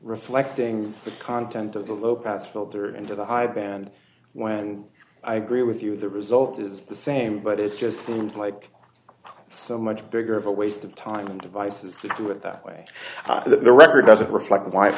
reflecting the content of the low pass filter into the high band when i agree with you the result is the same but it's just seems like so much bigger of a waste of time devices to do it that way so that the record doesn't reflect